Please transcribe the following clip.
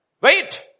Wait